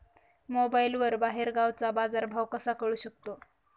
मोबाईलवर बाहेरगावचा बाजारभाव कसा कळू शकतो?